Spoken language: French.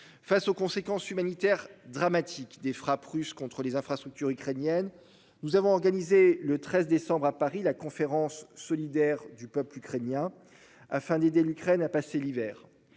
Face aux conséquences humanitaires dramatiques des frappes russes contre les infrastructures ukrainiennes. Nous avons organisé le 13 décembre à Paris la conférence solidaires du peuple ukrainien afin d'aider l'Ukraine à passer l'hiver